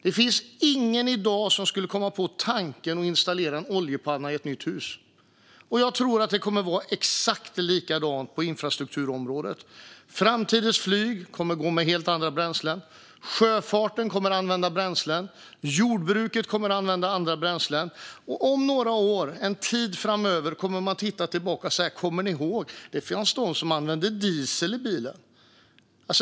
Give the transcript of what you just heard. Det finns ingen som i dag skulle komma på tanken att installera en oljepanna i ett nytt hus, och jag tror att det kommer att vara exakt likadant på infrastrukturområdet. Framtidens flyg kommer att gå med helt andra bränslen, sjöfarten kommer att använda andra bränslen och jordbruket kommer att använda andra bränslen. Och om några år - en tid framöver - kommer man att se tillbaka och säga: Kommer ni ihåg att det fanns de som använde diesel i bilen?